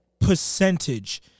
percentage